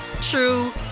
true